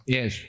Yes